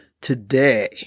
today